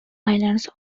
islands